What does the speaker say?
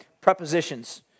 prepositions